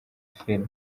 film